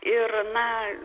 ir na